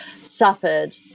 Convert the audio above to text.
suffered